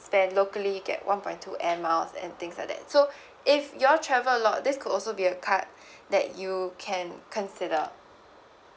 spend locally get one point two airmiles and things like that so if you all travel a lot this could also be a card that you can consider